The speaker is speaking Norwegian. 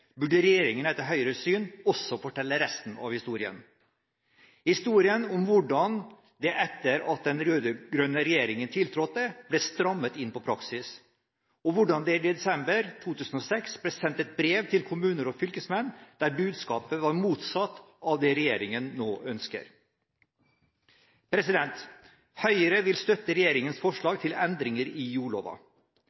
burde regjeringen etter Høyres syn også fortelle resten av historien – historien om hvordan det, etter at den rød-grønne regjeringen tiltrådte, ble strammet inn på praksis, og hvordan det i desember 2006 ble sendt et brev til kommuner og fylkesmenn der budskapet var motsatt av det regjeringen nå ønsker. Høyre vil støtte regjeringens